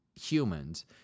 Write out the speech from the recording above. humans